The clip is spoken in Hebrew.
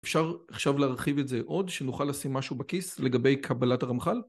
אפשר עכשיו להרחיב את זה עוד, שנוכל לשים משהו בכיס לגבי קבלת הרמח"ל